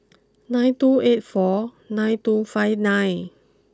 nine two eight four nine two five nine